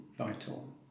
vital